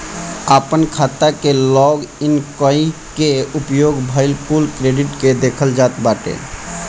आपन खाता के लॉग इन कई के उपयोग भईल कुल क्रेडिट के देखल जात बाटे